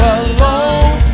alone